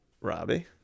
robbie